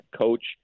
coach